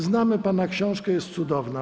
Znamy pana książkę, jest cudowna.